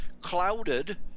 clouded